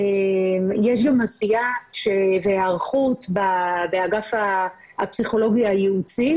יש גם עשייה והיערכות באגף הפסיכולוגיה הייעוצי,